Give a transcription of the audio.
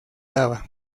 daba